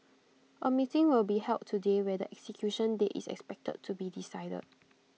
A meeting will be held today where their execution date is expected to be decided